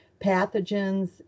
pathogens